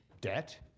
debt